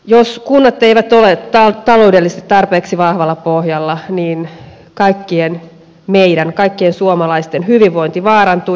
jos kunnat eivät ole taloudellisesti tarpeeksi vahvalla pohjalla niin kaikkien meidän kaikkien suomalaisten hyvinvointi vaarantuu